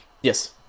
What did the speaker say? Yes